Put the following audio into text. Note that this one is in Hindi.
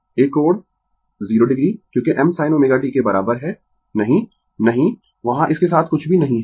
एक कोण 0 o क्योंकि m sin ω t के बराबर है नहीं नहीं वहां इसके साथ कुछ भी नहीं है